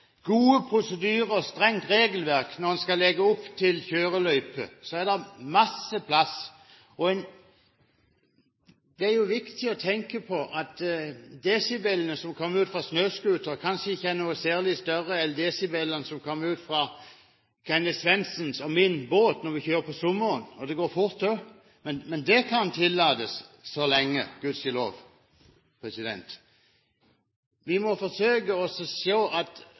gode prosedyrer og strengt regelverk. Når en skal legge opp til kjøreløype, er det masse plass. Det er jo viktig å tenke på at desibelene som kommer ut fra snøscootere, kanskje ikke er noe særlig større enn desibelene som kommer ut fra Kenneth Svendsens og min båt når vi kjører på sommeren – og det går fort også. Men det kan tillates – enn så lenge, gudskjelov. Vi må forsøke å se at